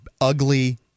ugly